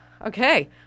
Okay